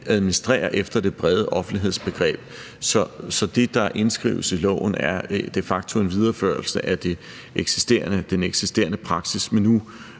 administrerer efter det brede offentlighedsbegreb. Så det, der indskrives i loven, er de facto en videreførelse af den eksisterende praksis,